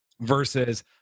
versus